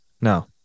no